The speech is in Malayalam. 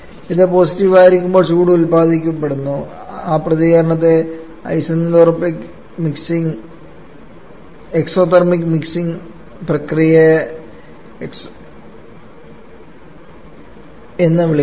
അത് പോസിറ്റീവ് ആയിരിക്കുമ്പോൾ ചൂട് ഉൽപാദിപ്പിക്കപ്പെടുന്നു ആ പ്രതികരണത്തെ എക്സോതെർമിക് അല്ലെങ്കിൽ മിക്സിംഗ് പ്രക്രിയയെ എക്സോതെർമിക് എന്ന് വിളിക്കുന്നു